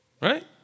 Right